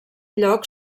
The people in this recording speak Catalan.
lloc